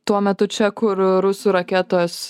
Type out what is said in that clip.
tuo metu čia kur rusų raketos